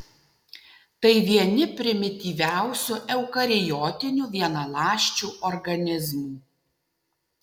tai vieni primityviausių eukariotinių vienaląsčių organizmų